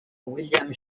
william